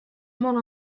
molt